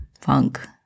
funk